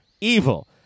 evil